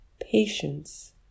patience